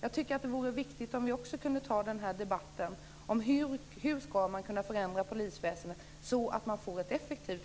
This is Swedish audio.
Det vore också viktigt att ta upp en debatt om hur man skall kunna förändra polisväsendet så att det blir effektivt.